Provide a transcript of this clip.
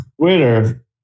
Twitter